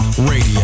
Radio